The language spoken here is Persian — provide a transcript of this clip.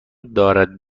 دارد